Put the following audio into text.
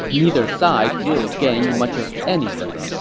neither side really gained much of anything